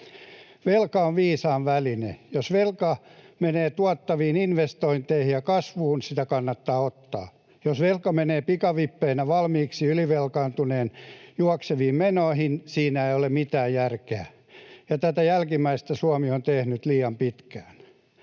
Velka on viisaan väline. Jos velka menee tuottaviin investointeihin ja kasvuun, sitä kannattaa ottaa. Jos velka menee pikavippeinä valmiiksi ylivelkaantuneen juokseviin menoihin, siinä ei ole mitään järkeä, ja tätä jälkimmäistä Suomi on tehnyt liian pitkään.